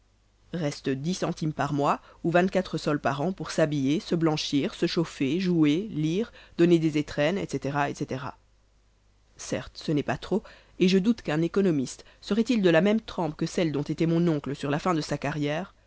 reste cent par mois ou sols par an pour s'habiller se blanchir se chauffer jouer lire donner des étrennes etc etc certes ce n'est pas trop et je doute qu'un économiste serait-il de la même trempe que celle dont était mon oncle sur la fin de sa carrière